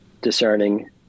discerning